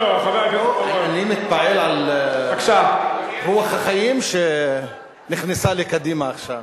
אני מתפעל מרוח החיים שנכנסה בקדימה עכשיו,